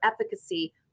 efficacy